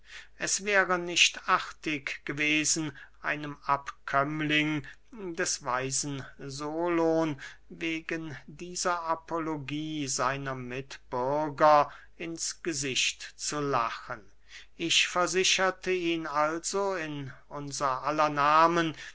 es wäre nicht artig gewesen einem abkömmling des weisen solon wegen dieser apologie seiner mitbürger ins gesicht zu lachen ich versicherte ihn also in unser aller nahmen